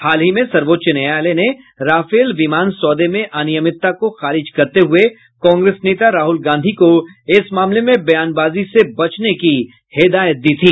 हालही में सर्वोच्च न्यायालय ने राफेल विमान सौदे में अनियमितता को खारिज करते हुये कांग्रेस नेता राहुल गांधी को इस मामले में बयान बाजी से बचने की हिदायत दी थी